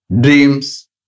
dreams